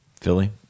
Philly